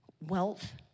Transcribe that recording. wealth